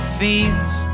feels